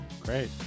Great